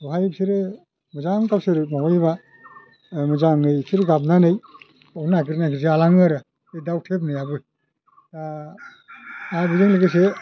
बेवहायनो बिसोरो मोजां गावसोरो माबायोबा मोजाङै बिसोर गाबनानै गावनो नागिर नागिर जालाङो आरो बे दाउथेब होननायाबो आरो बेजों लोगोसे